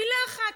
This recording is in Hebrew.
מילה אחת.